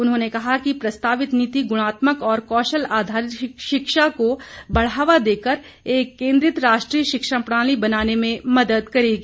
उन्होंने कहा कि प्रस्तावित नीति गुणात्मक और कौशल आधारित शिक्षा को बढ़ावा देकर एक केन्द्रित राष्ट्री शिक्षा प्रणाली बनाने में मदद करेगी